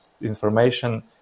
information